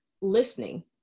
listening